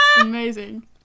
amazing